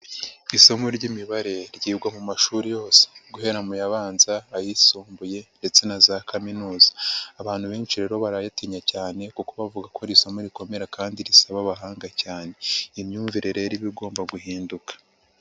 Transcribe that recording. Isomo ry'imibare ryigwa mu mashuri yose guhera muy'abanza, ayisumbuye ndetse na za kaminuza, abantu benshi rero bararitinya cyane kuko bavuga ko iri somo rikomera kandi risaba abahanga cyane iyi myumvire rero iba igomba guhinduka.